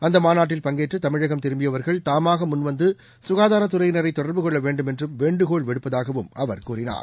அந்த மாநாட்டில் பங்கேற்று தமிழகம் திரும்பியவர்கள் தாமாக முன்வந்து சுகாதாரத்துறையினரை தொடர்பு கொள்ள வேண்டும் என்று மீண்டும் வேண்டுகோள் விடுப்பதாகவும் அவர் கூறினார்